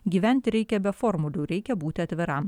gyventi reikia be formulių reikia būti atviram